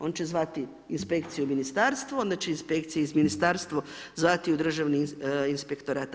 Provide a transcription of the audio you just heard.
On će zvat inspekciju ministarstva, onda će inspekcija iz ministarstva zvati u Državni inspektorat.